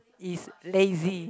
is lazy